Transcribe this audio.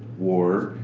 war,